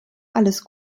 alles